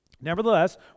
Nevertheless